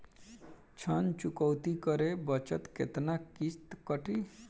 ऋण चुकौती करे बखत केतना किस्त कटी?